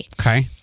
Okay